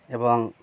এবং